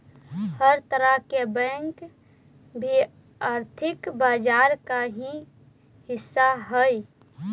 हर तरह के बैंक भी आर्थिक बाजार का ही हिस्सा हइ